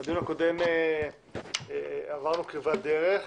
בדיון הקודם עברנו כברת דרך.